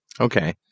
Okay